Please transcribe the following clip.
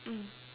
mm